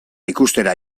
ikustera